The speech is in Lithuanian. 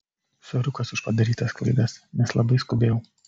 soriukas už padarytas klaidas nes labai skubėjau